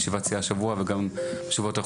בישיבת סיעה השבוע וגם בשבועות האחרונים,